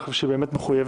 אני חושב שהיא באמת מחויבת.